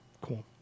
Cool